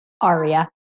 Aria